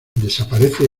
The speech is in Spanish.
desaparece